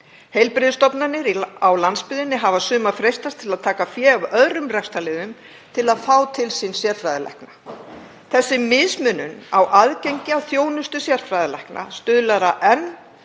Heilbrigðisstofnanir á landsbyggðinni hafa sumar freistast til að taka fé af öðrum rekstrarliðum til að fá til sín sérfræðilækna. Þessi mismunun á aðgengi að þjónustu sérfræðilækna stuðlar að enn